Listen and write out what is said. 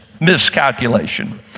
miscalculation